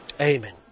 Amen